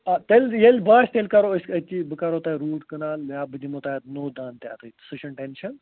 آ تیٚلہِ ییٚلہِ باسہِ تیٚلہِ کَرَو أسۍ أتی بہٕ کَرہو تۄہہِ روٗٹ کنال یا بہٕ دِمہو تۄہہِ اَتھ نوٚو دَنٛد تہِ اَتِتھ سُہ چھِنہٕ ٹٮ۪نشَن